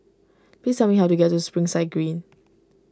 please tell me how to get to Springside Green